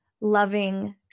loving